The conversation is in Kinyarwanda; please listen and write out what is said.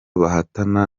bahatana